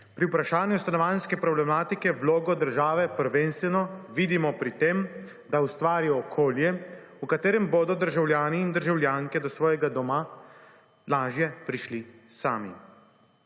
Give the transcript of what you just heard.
Pri vprašanju stanovanjske problematike vlogo države prvenstveno vidimo pri tem, da ustvari okolje, v katerem bodo državljani in državljanke do svojega doma lažje prišli sami.